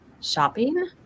shopping